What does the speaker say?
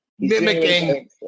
Mimicking